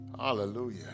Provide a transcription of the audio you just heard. Hallelujah